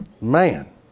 Man